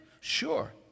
Sure